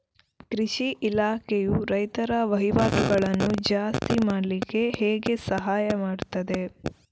ಕೃಷಿ ಇಲಾಖೆಯು ರೈತರ ವಹಿವಾಟುಗಳನ್ನು ಜಾಸ್ತಿ ಮಾಡ್ಲಿಕ್ಕೆ ಹೇಗೆ ಸಹಾಯ ಮಾಡ್ತದೆ?